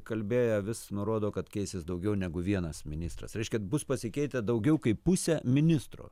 kalbėję vis nurodo kad keisis daugiau negu vienas ministras reiškia bus pasikeitę daugiau kaip pusę ministro